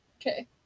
okay